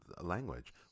language